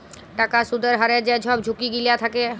টাকার সুদের হারের যে ছব ঝুঁকি গিলা থ্যাকে